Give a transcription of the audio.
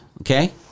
okay